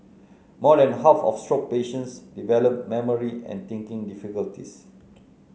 more than half of stroke patients develop memory and thinking difficulties